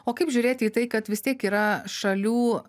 o kaip žiūrėti į tai kad vis tiek yra šalių